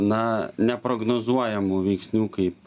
na neprognozuojamų veiksnių kaip